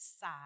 side